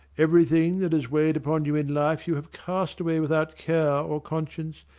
everything that has weighed upon you in life you have cast away without care or conscience,